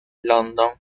london